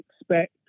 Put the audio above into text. expect